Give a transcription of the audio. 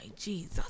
jesus